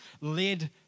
led